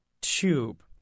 tube